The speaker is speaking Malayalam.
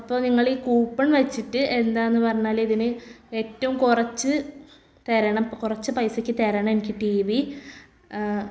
അപ്പം നിങ്ങളി കൂപ്പൺ വെച്ചിട്ട് എന്താണെന്നു പറഞ്ഞാൽ ഇതിനു ഏറ്റവും കുറച്ചു തരണം കുറച്ചു പൈസക്ക് തരണം എനിക്ക് ടി വി